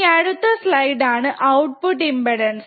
ഇനി അടുത്ത സ്ലൈഡ് ആണ് ഔട്ട്പുട് ഇമ്പ്പെടാൻസ്